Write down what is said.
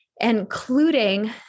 including